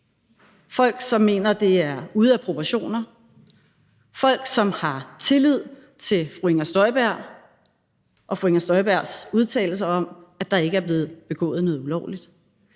folk, som mener, at det er ude af proportioner, det er folk, som har tillid til fru Inger Støjberg og fru Inger Støjbergs udtalelser om, at der ikke er blevet begået noget ulovligt.